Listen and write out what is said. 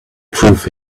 prove